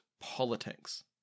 politics